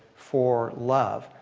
for love.